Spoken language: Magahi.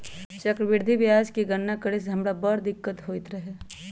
चक्रवृद्धि ब्याज के गणना करे में हमरा बड़ दिक्कत होइत रहै